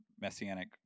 Messianic